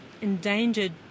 endangered